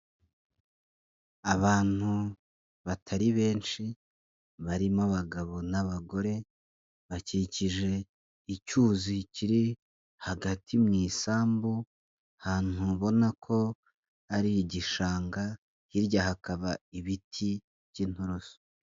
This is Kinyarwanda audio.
Abantu batari benshi barimo abagabo n'abagore bakikije icyuzi kiri hagati mu isambu ahantu ubona ko ari igishanga, hirya hakaba ibiti by'inturusu.